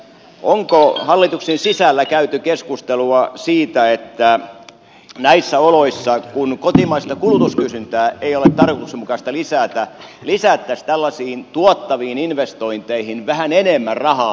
onko hallituksen sisällä käyty keskustelua siitä että näissä oloissa kun kotimaista kulutuskysyntää ei ole tarkoituksenmukaista lisätä lisättäisiin tällaisiin tuottaviin investointeihin vähän enemmän rahaa